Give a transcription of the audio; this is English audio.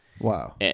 Wow